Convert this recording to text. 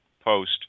post